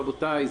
רבותיי,